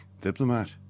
diplomat